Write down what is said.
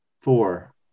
four